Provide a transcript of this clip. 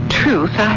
truth